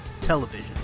television